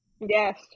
yes